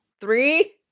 Three